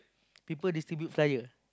people distribute flyer